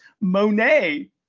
Monet